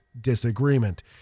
disagreement